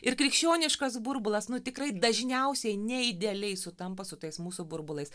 ir krikščioniškas burbulas nu tikrai dažniausiai ne idealiai sutampa su tais mūsų burbulais